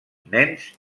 nens